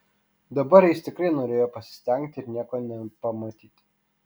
dabar jis tikrai norėjo pasistengti ir nieko nepamatyti